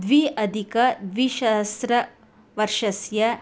द्व्यधिकद्विसहस्रवर्षस्य